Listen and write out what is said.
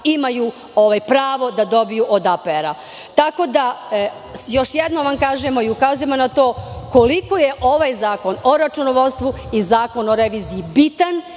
ovaj pravo da dobiju od APR.Još jednom vam kažemo i ukazujemo na to koliko je ovaj Zakon o računovodstvu i Zakon o reviziji bitan